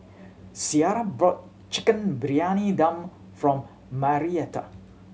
Ciera bought Chicken Briyani Dum from Marietta